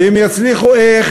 ואיך